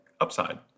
upside